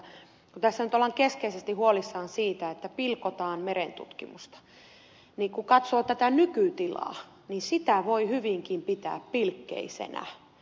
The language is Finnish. kun tässä nyt ollaan keskeisesti huolissaan siitä että pilkotaan merentutkimusta niin kun katsoo tätä nykytilaa niin sitä voi hyvinkin pitää pilkkeisenä